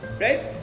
right